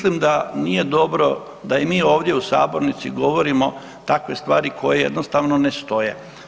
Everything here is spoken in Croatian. Mislim da nije dobro da i mi ovdje u sabornici govorimo takve stvari koje jednostavno ne stoje.